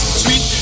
sweet